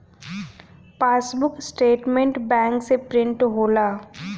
passbook statement bank से print होला